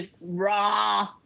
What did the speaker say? raw